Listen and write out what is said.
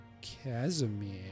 casimir